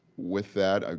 with that, ah